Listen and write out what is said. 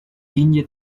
linie